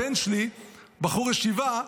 הבן שלי בחור ישיבה,